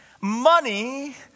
money